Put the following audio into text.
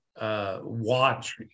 watch